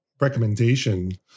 recommendation